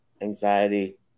anxiety